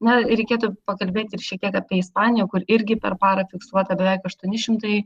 na reikėtų pakalbėti ir šiek tiek apie ispaniją kur irgi per parą fiksuota beveik aštuoni šimtai